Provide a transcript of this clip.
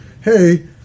hey